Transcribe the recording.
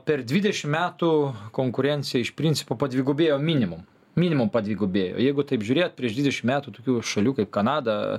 per dvidešim metų konkurencija iš principo padvigubėjo minimum minimum padvigubėjo jeigu taip žiūrėt prieš dvidešim metų tokių šalių kaip kanada